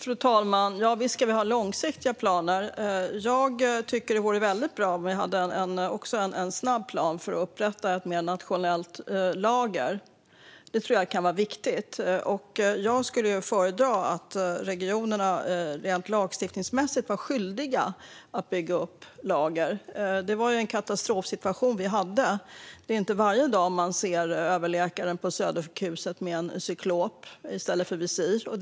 Fru talman! Visst ska vi ha långsiktiga planer. Det vore väldigt bra om vi också hade en snabb plan för att upprätta ett nationellt lager. Det tror jag kan vara viktigt. Jag skulle föredra att regionerna rent lagstiftningsmässigt var skyldiga att bygga upp lager. Det var en katastrofsituation vi hade. Det är inte varje dag man ser överläkaren på Södersjukhuset med ett cyklop i stället för ett visir.